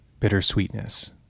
bittersweetness